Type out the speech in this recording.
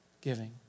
giving